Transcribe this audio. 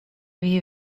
wie